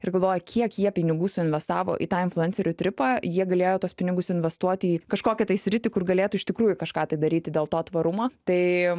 ir galvoju kiek jie pinigų suinvestavo į tą influencerių tripą jie galėjo tuos pinigus investuoti į kažkokią tai sritį kur galėtų iš tikrųjų kažką tai daryti dėl to tvarumo tai